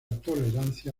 tolerancia